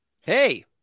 Hey